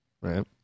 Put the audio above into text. Right